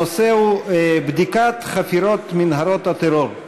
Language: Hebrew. הנושא הוא: בדיקת חפירת מנהרות הטרור.